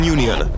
Union